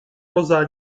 poza